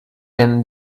and